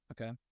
Okay